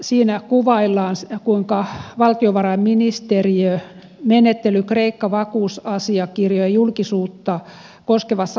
siinä kuvaillaan valtiovarainministeriön menettelyä kreikka vakuusasiakirjojen julkisuutta koskevassa asiassa